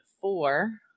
four